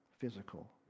physical